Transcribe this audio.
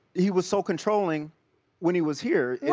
he was so controlling when he was here. yeah